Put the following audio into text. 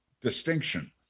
distinction